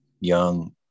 young